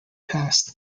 passed